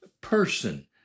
person